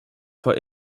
for